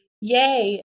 yay